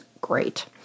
great